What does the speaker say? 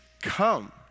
come